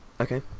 Okay